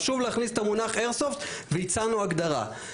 חשוב להכניס את המונח "איירסופט" והצענו הגדרה.